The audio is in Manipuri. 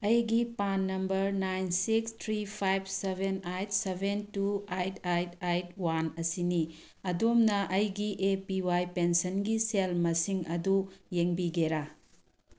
ꯑꯩꯒꯤ PAN number nine six three five seven eight seven two eight eight eight one ꯑꯁꯤꯅꯤ ꯑꯗꯣꯝꯅ ꯑꯩꯒꯤ ꯑꯦ ꯄꯤ ꯋꯥꯏ ꯄꯦꯟꯁꯟꯒꯤ ꯁꯦꯜ ꯃꯁꯤꯡ ꯑꯗꯨ ꯌꯦꯡꯕꯤꯒꯦꯔꯥ